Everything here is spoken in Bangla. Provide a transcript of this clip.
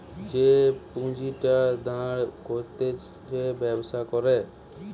যে পুঁজিটা দাঁড় করতিছে ব্যবসা করে